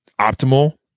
optimal